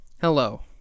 Hello